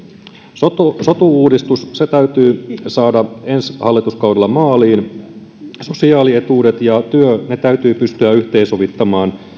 sotu sotu uudistus täytyy saada ensi hallituskaudella maaliin sosiaalietuudet ja työ täytyy pystyä yhteensovittamaan